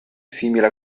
simile